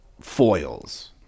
foils